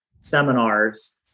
seminars